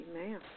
Amen